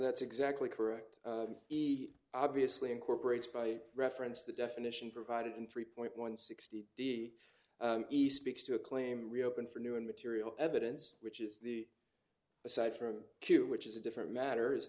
that's exactly correct the obviously incorporates by reference the definition provided in three point one sixty d e speaks to a claim reopen for new and material evidence which is the aside from q which is a different matter is